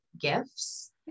gifts